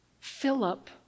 Philip